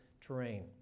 terrain